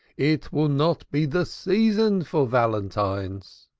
it will not be the season for valentines.